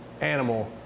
animal